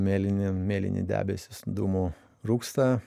mėlyni mėlyni debesys dūmų rūksta